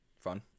fun